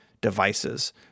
devices